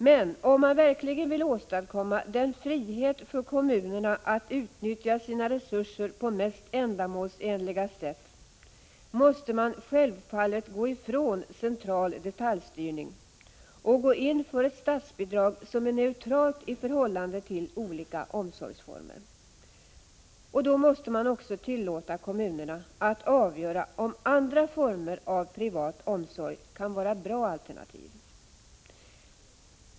Men om man verkligen vill åstadkomma en frihet för kommunerna att utnyttja sina resurser på mest ändamålsenliga sätt, måste man självfallet gå ifrån central detaljstyrning och gå in för ett statsbidrag som är neutralt i förhållande till olika omsorgsformer. Då måste man också tillåta kommuner 15 na att avgöra om andra former av privat omsorg kan vara bra alternativ.